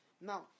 Now